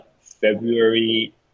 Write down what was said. February